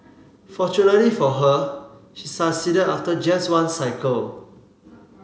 fortunately for her she succeeded after just one cycle